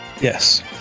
yes